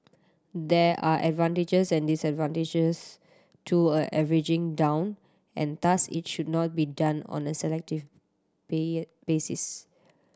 there are advantages and disadvantages to averaging down and thus it should not be done on a selective basis